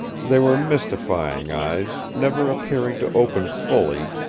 they were mystifying eyes, never appearing to open fully,